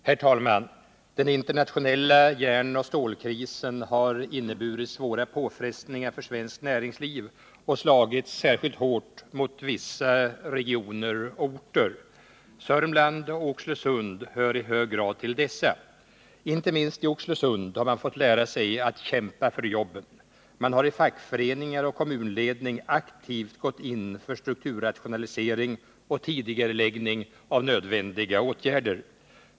Herr talman! Den internationella järnoch stålkrisen har inneburit svåra påfrestningar för svenskt näringsliv och slagit särskilt hårt mot vissa regioner och orter. Södermanland och Oxelösund hör i hög grad till dessa. Inte minst i Oxelösund har man fått lära sig att kämpa för jobben. Man har i fackföreningar och kommunledning aktivt gått in för strukturrationalisering och tidigareläggning av nödvändiga åtgärder.